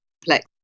complex